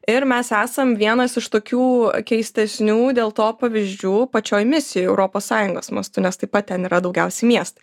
ir mes esam vienas iš tokių keistesnių dėl to pavyzdžių pačioj misijoj europos sąjungos mąstu nes taip pat ten yra daugiausia miestai